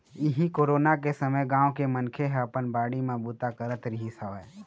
इहीं कोरोना के समे गाँव के मनखे ह अपन बाड़ी म बूता करत रिहिस हवय